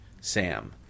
Sam